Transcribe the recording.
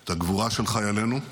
את הגבורה של חיילנו,